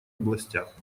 областях